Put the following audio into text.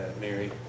Mary